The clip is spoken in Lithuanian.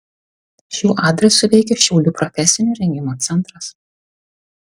šiuo adresu veikia šiaulių profesinio rengimo centras